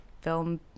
film